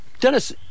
Dennis